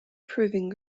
proving